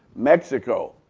mexico,